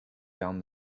down